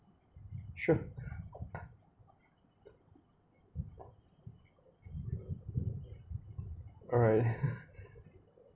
sure alright